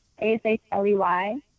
A-S-H-L-E-Y